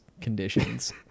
conditions